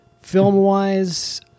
Film-wise